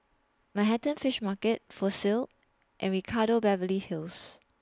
Manhattan Fish Market Fossil and Ricardo Beverly Hills